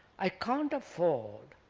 i can't afford